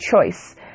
choice